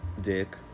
dick